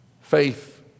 Faith